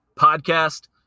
podcast